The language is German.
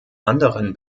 anderen